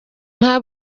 nta